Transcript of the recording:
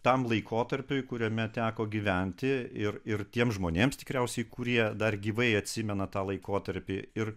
tam laikotarpiui kuriame teko gyventi ir ir tiems žmonėms tikriausiai kurie dar gyvai atsimena tą laikotarpį ir